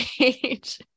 age